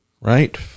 right